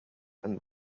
and